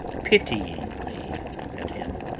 pityingly at him.